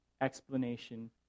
explanation